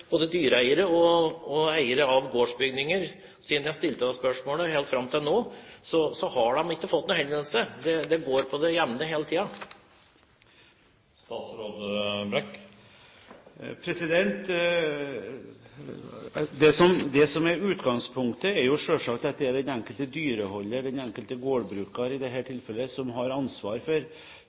dyreeiere og eiere av gårdsbygninger siden jeg stilte dette spørsmålet og helt fram til nå, og de har ikke fått noen henvendelse. Det går på det jevne hele tiden. Det som er utgangspunktet, er selvsagt at det er den enkelte dyreholder – den enkelte gårdbruker i dette tilfellet – som har ansvar for